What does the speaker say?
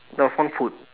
there was one food